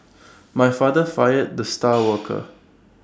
my father fired the star worker